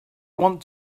want